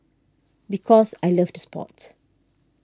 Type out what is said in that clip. because I loved the sport